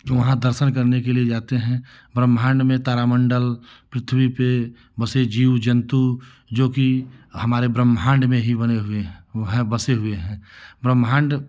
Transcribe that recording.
जो वहाँ दर्शन करने के लिए जाते हैं ब्रह्माण्ड में तारा मण्डल पृथ्वी पर बसे जीव जन्तु जोकि हमारे ब्रह्माण्ड में ही बने हुए हैं बसे हुए हैं ब्रह्माण्ड